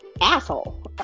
asshole